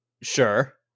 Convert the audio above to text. sure